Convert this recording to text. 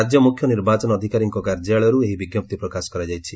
ରାଜ୍ୟ ମୁଖ୍ୟ ନିର୍ବାଚନ ଅଧିକାରୀଙ୍କ କାର୍ଯ୍ୟାଳୟରୁ ଏହି ବିଙ୍କପ୍ତି ପ୍ରକାଶ କରାଯାଇଛି